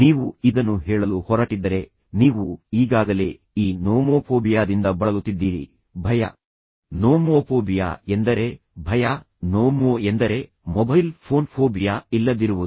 ನೀವು ಇದನ್ನು ಹೇಳಲು ಹೊರಟಿದ್ದರೆ ನೀವು ಈಗಾಗಲೇ ಈ ನೋಮೋಫೋಬಿಯಾದಿಂದ ಬಳಲುತ್ತಿದ್ದೀರಿ ಭಯ ನೋಮೋಫೋಬಿಯಾ ಎಂದರೆ ಭಯ ನೋಮೋ ಎಂದರೆ ಮೊಬೈಲ್ ಫೋನ್ ಫೋಬಿಯಾ ಇಲ್ಲದಿರುವುದು